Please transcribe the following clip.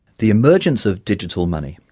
the emergence of digital money,